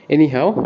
Anyhow